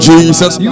Jesus